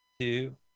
Two